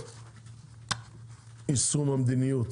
על יישום המדיניות